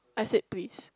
I said please